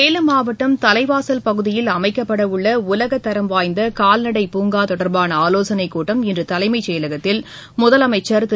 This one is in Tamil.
சேலம் மாவட்டம் தலைவாசல் பகுதியில் அமைக்கப்படவுள்ள உலகத்தரம்வாய்ந்த கால்நடைப் பூங்கா தொடர்பான ஆலோசனைக் கூட்டம் இன்று தலைமைச் செயலகத்தில் முதலமைச்சா் திரு